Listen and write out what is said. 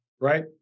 Right